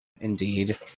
Indeed